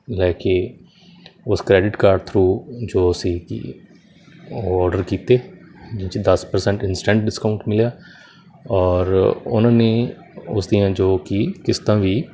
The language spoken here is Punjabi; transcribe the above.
ਲੈ ਕੇ ਉਸ ਕ੍ਰੈਡਿਟ ਕਾਰਡ ਥਰੂ ਜੋ ਅਸੀਂ ਉਹ ਆਰਡਰ ਕੀਤੇ ਜਿਸ 'ਚ ਦਸ ਪ੍ਰਸੈਂਟ ਇੰਸਟੈਂਟ ਡਿਸਕਾਊਂਟ ਮਿਲਿਆ ਔਰ ਉਹਨਾਂ ਨੇ ਉਸਦੀਆਂ ਜੋ ਕਿ ਕਿਸ਼ਤਾਂ ਵੀ